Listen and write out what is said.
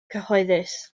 cyhoeddus